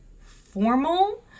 formal